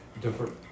different